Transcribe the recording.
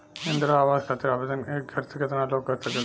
इंद्रा आवास खातिर आवेदन एक घर से केतना लोग कर सकेला?